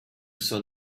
sun